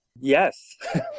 yes